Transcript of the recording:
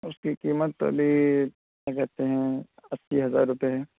اس کی قیمت تو ابھی کیا کہتے ہیں اسی ہزار روپے ہے